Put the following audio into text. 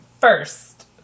first